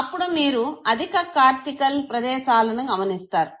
అప్పుడు మీరు అధిక కార్టికల్ ప్రదేశాలను గమనిస్తారు